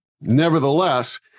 Nevertheless